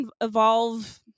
evolve